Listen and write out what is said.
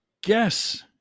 guess